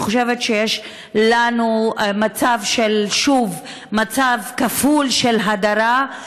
אני חושבת שיש לנו שוב מצב כפול של הדרה,